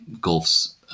Gulf's